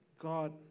God